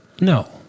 No